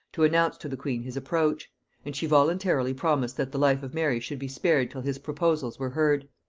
to announce to the queen his approach and she voluntarily promised that the life of mary should be spared till his proposals were heard.